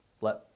let